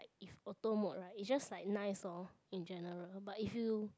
if auto mode right is just like nice or in general but if you